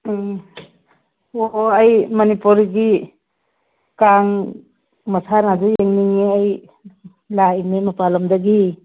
ꯎꯝ ꯑꯣ ꯑꯣ ꯑꯩ ꯃꯅꯤꯄꯨꯔꯒꯤ ꯀꯥꯡ ꯃꯁꯥꯟꯅꯗꯣ ꯌꯦꯡꯅꯤꯡꯉꯦ ꯑꯩ ꯂꯥꯛꯏꯕꯅꯦ ꯃꯄꯥꯜꯂꯝꯗꯒꯤ